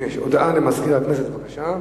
הודעה למזכיר הכנסת, בבקשה.